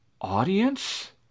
Audience